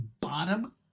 Bottom